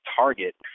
target